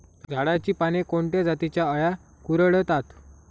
झाडाची पाने कोणत्या जातीच्या अळ्या कुरडतात?